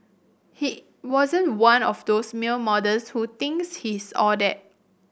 he wasn't one of those male models who thinks he's all that